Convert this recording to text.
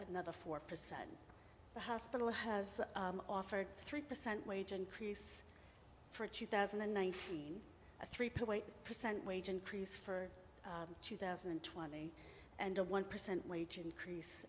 another four percent the hospital has offered three percent wage increase for two thousand and nineteen a three point eight percent wage increase for two thousand and twenty and a one percent wage increase